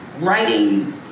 Writing